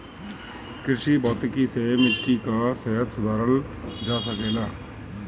कृषि भौतिकी से मिट्टी कअ सेहत सुधारल जा सकेला